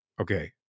okay